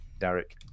Derek